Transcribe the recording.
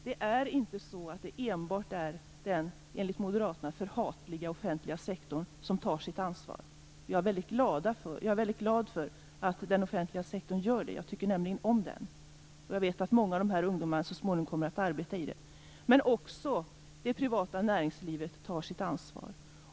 Det är alltså inte enbart den enligt moderaterna förhatliga offentliga sektorn som tar sitt ansvar. Jag är väldigt glad för att den offentliga sektorn gör det. Jag tycker nämligen om den, och jag vet att många av de här ungdomarna så småningom kommer att arbeta inom den. Men också det privata näringslivet tar sitt ansvar.